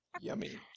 Yummy